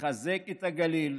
לחזק את הגליל,